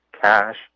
cash